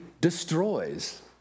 destroys